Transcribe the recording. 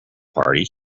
party